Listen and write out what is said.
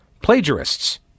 plagiarists